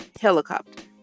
helicopter